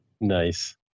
Nice